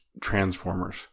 transformers